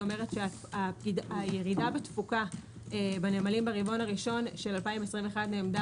היא אומרת שהירידה בתקופה בנמלים ברבעון הראשון של 2021 נאמדה